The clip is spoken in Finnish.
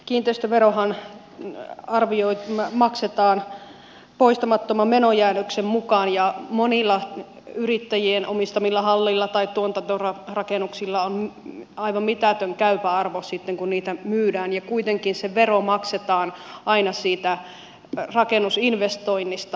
kiinteistöverohan maksetaan poistamattoman menojäännöksen mukaan ja monilla yrittäjien omistamilla halleilla tai tuotantorakennuksilla on aivan mitätön käypä arvo sitten kun niitä myydään ja kuitenkin se vero maksetaan aina siitä rakennusinvestoinnista